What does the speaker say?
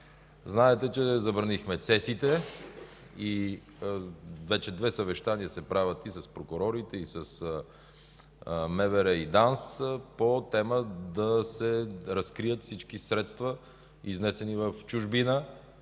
Знаете, че забранихме цесиите и вече две съвещания се правят и с прокурорите, и с МВР и ДАНС по тема да се разкрият всички средства, изнесени в чужбина,